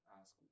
ask